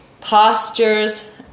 postures